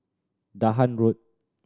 Dahan Road